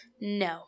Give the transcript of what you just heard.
no